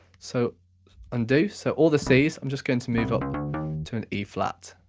so undo, so all the cs, i'm just going to move up to an e flat,